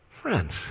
Friends